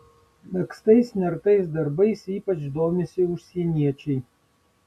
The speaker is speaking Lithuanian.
megztais nertais darbais ypač domisi užsieniečiai